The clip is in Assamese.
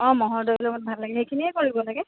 অঁ মহ'ৰ দৈ লগত ভাল লাগে সেইখিয়ে কৰিব লাগে